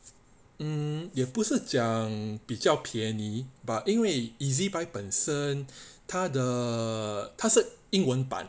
mm 也不是讲比较便宜 but 因为 ezbuy 本身它的它是英文版